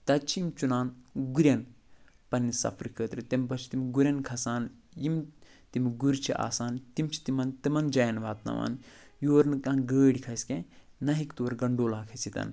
تَتہِ چھِ یِم چُنان گُریٚن پَنٛنہِ سفرٕ خٲطرٕ تٔمۍ پتہٕ چھِ تِم گُریٚن کھسان یِم تِم گُرۍ چھِ آسان تِم چھِ تِمَن تِمَن جایَن واتٕناوان یور نہ کانٛہہ گٲڑۍ کھسہِ کیٚنہہ نہ ہٮ۪کہِ تور گنڈولا کھسِتھ